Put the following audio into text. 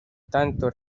tanto